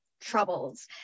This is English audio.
troubles